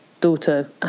daughter